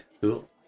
cool